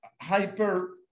hyper